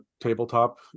tabletop